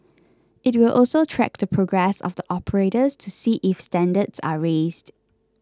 it will also track the progress of the operators to see if standards are raised